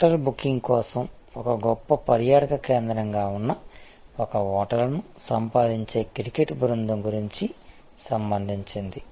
hotel booking కోసం ఒక గొప్ప పర్యాటక కేంద్రంగా ఉన్న ఒక హోటల్ను సంపాదించే క్రికెట్ బృందం గురించి సంబంధించింది